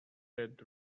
said